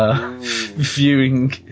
viewing